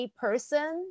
person